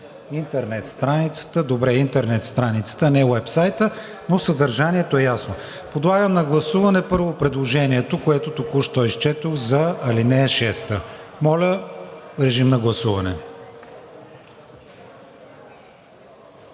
„Интернет страницата“, добре, „интернет страницата“ а не „уеб сайта“, но съдържанието е ясно. Подлагам на гласуване първо предложението, което току-що изчетох за ал. 6. Гласували